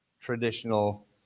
traditional